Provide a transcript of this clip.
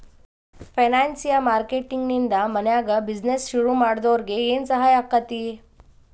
ಫೈನಾನ್ಸಿಯ marketing ನಿಂದಾ ಮನ್ಯಾಗ್ business ಶುರುಮಾಡ್ದೊರಿಗೆ ಏನ್ಸಹಾಯಾಕ್ಕಾತಿ?